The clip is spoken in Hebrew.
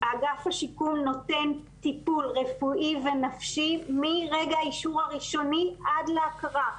אגף השיקום נותן טיפול רפואי ונפשי מרגע האישור הראשוני עד להכרה.